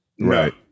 right